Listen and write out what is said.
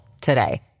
today